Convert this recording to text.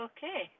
Okay